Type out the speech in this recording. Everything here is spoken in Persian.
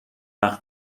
وقت